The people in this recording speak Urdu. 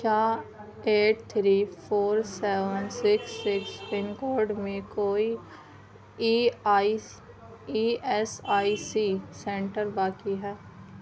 کیا eight three four seven six six pin code میں کوئی E I E S I C centre واقع ہے